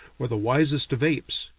or the wisest of apes,